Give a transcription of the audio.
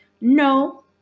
No